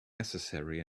necessary